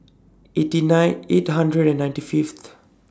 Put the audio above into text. eighty nine eight hundred and ninety Fifth